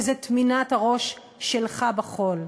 וזו טמינת הראש שלך בחול,